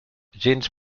gens